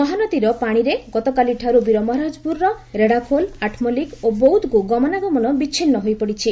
ମହାନଦୀର ପାଶିରେ ଗତକାଲିଠାରୁ ବୀରମହାରାଜପୁରର ରେଡ଼ାଖୋଲ ଆଠମଲ୍କିକ ଓ ବୌଦକୁ ଗମନାଗମନ ବିଛିନ୍ନ ହୋଇପଡ଼ିଛି